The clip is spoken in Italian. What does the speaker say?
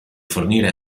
fornire